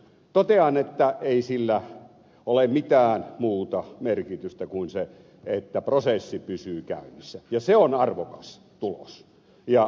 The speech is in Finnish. totean että sillä ei ole mitään muuta merkitystä kuin se että prosessi pysyy käynnissä ja se on arvokas tulos